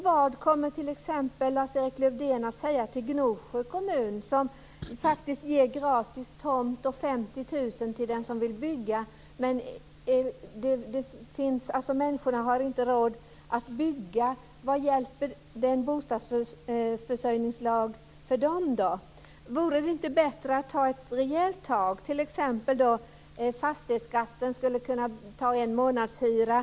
Vad kommer t.ex. Lars-Erik Lövdén att säga till Gnosjö kommun som faktiskt ger gratis tomt och 50 000 kr till den som vill bygga? Människorna har inte råd att bygga. Hur hjälper bostadsförsörjningslagen dem? Vore det inte bättre att ta ett rejält tag? Det här med fastighetsskatten skulle kunna innebära en månadshyra.